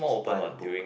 by the book